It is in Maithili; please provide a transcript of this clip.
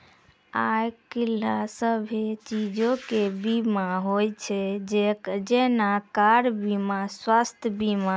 आइ काल्हि सभ्भे चीजो के बीमा होय छै जेना कार बीमा, स्वास्थ्य बीमा